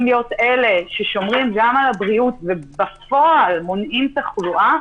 להיות אלה ששומרים גם על הבריאות ובפועל מונעים תחלואה.